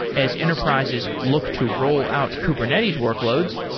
as enterprises looked to roll out kubernetes workloads,